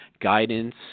guidance